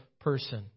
person